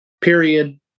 period